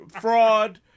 fraud